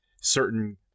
certain